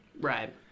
Right